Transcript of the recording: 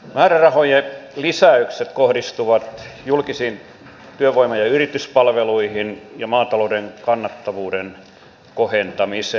määrärahojen lisäykset kohdistuvat julkisiin työvoima ja yrityspalveluihin ja maatalouden kannattavuuden kohentamiseen